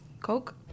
Coke